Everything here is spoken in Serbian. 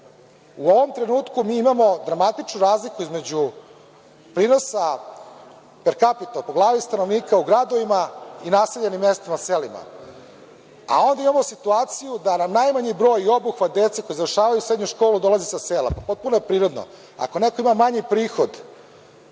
ovom trenutku mi imamo dramatičnu razliku između prinosa per kapita po glavi stanovnika u gradovima i naseljenim mestima u selima. A ovde imamo situaciju da nam najmanji broj i obuhvat dece koja završavaju srednju školu dolazi sa sela. Potpuno je prirodno. Ako neko ima manji prihod,